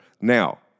Now